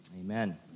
amen